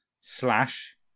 Slash